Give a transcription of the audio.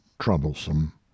troublesome